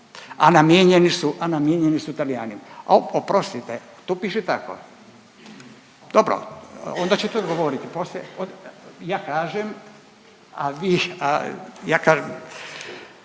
a namijenjeni su Talijanima, o oprostite tu piše tako, dobro onda ćete odgovoriti poslije. Ja kažem, a vi,